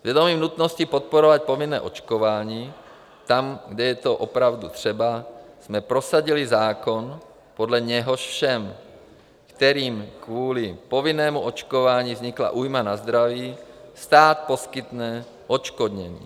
S vědomím nutnosti podporovat povinné očkování tam, kde je to opravdu třeba, jsme prosadili zákon, podle něhož všem, kterým kvůli povinnému očkování vznikla újma na zdraví, stát poskytne odškodnění.